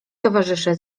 towarzysze